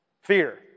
Fear